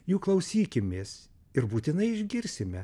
jų klausykimės ir būtinai išgirsime